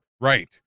Right